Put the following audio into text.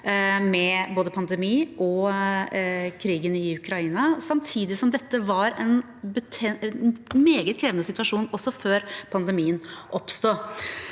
med både pandemien og krigen i Ukraina. Samtidig var dette en meget krevende situasjon også før pandemien oppsto.